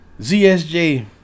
ZSJ